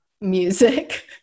music